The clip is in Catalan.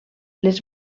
les